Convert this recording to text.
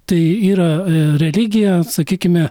tai yra religija sakykime